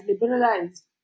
liberalized